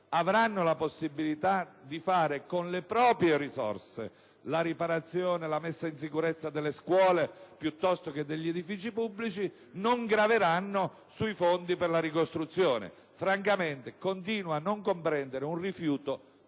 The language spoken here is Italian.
avranno la possibilita di fare con le proprie risorse la riparazione, la messa in sicurezza delle scuole piuttosto che degli edifici pubblici, non graveranno sui fondi per la ricostruzione. Francamente continuo a non comprendere un rifiuto